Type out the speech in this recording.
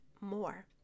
more